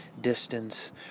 distance